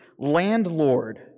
landlord